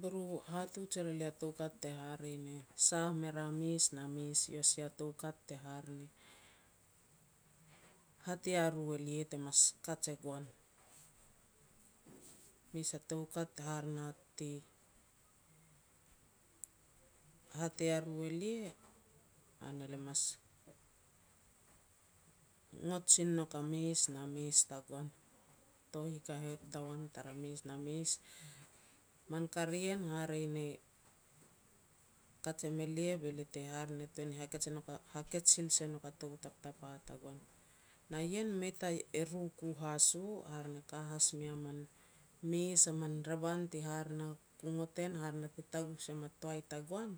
be ru hatuj er elia toukat te hare na te sah me ria mes na mes, eiau sia toukat te hare na hat ia ru elia te mas kaj e goan. Mes a toukat te hare na ti hat ia ru elia, hare na lia mas ngot sin nouk a mes na mes tagoan. Tou hikahet tagoan tara mes na mes man ka ri ien, hare ne kaj em elia be lia te hare ne tuan ni hakets e nouk hakets sin se nouk a tou taptapa tagoan. Na ien mei ta e ru ku has u, hare ne ka has mei a man mes a man revan ti hare na tuku ngok en hare na ti taguh sem a toai tagoan,